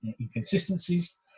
inconsistencies